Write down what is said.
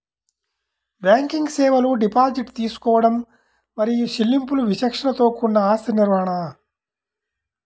banking సేవలు deposit తీసుకోవడం మరియు చెల్లింపులు విచక్షణతో కూడిన ఆస్తి నిర్వహణ,